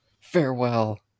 Farewell